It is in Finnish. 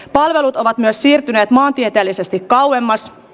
palot ovat myös siirtyneet maantieteellisesti kauemmas